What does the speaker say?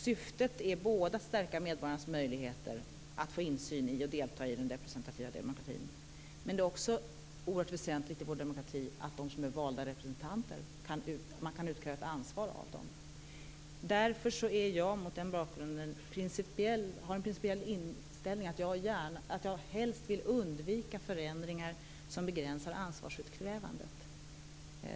Syftet är att stärka medborgarnas möjligheter att få insyn i och delta i den representativa demokratin, men det är också väsentligt i vår demokrati att man kan utkräva ett ansvar av dem som är valda representanter. Mot den bakgrunden är min principiella inställning att jag helst vill undvika förändringar som begränsar ansvarsutkrävandet.